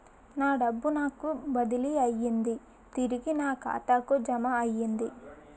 నా డబ్బు నాకు బదిలీ అయ్యింది తిరిగి నా ఖాతాకు జమయ్యింది